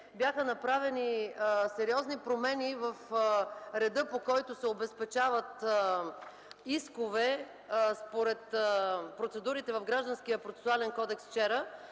бяха направени сериозни промени в реда, по който се обезпечават искове, според процедурите в Гражданския процесуален кодекс вчера,